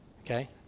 Okay